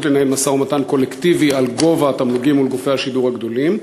לנהל משא-ומתן קולקטיבי על גובה התמלוגים מול גופי השידור הגדולים?